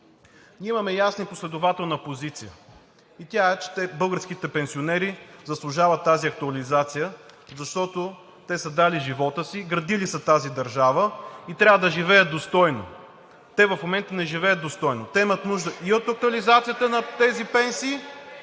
Имаме ясна и последователна позиция и тя е, че българските пенсионери заслужват тази актуализация, защото те са дали живота си, градили са тази държава и трябва да живеят достойно. Те в момента не живеят достойно. Те имат нужда и от актуализацията на тези пенсии,